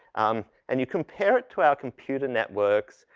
um, and you compare it to our computer networks,